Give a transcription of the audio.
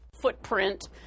footprint